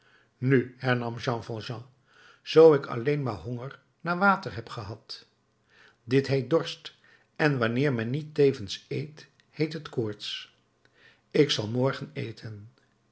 nu hernam jean valjean zoo ik alleen maar honger naar water heb gehad dit heet dorst en wanneer men niet tevens eet heet het koorts ik zal morgen eten